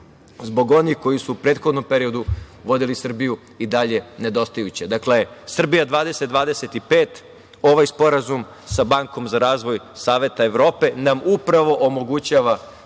zbog onih koji su u prethodnom periodu vodili Srbiju i dalje nedostajuća. Dakle, „Srbija 2025“, ovaj Sporazum sa Bankom za razvoj Saveta Evrope nam upravo omogućava